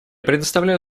предоставляю